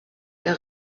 der